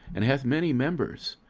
and hath many members,